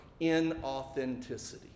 inauthenticity